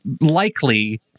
likely